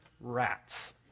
rats